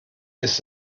ist